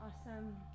Awesome